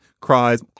cries